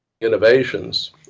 innovations